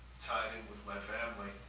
tied in with my family.